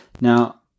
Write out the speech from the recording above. Now